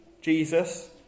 Jesus